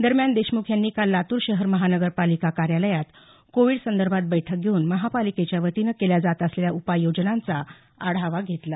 दरम्यान देशमुख यांनी काल लातूर शहर महानगरपालिका कार्यालयात कोविड संदर्भात बैठक घेऊन महापालिकेच्या वतीनं केल्या जात असलेल्या उपाययोजनांचा आढावा घेतला